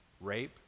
rape